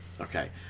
okay